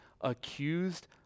accused